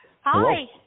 Hi